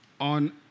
On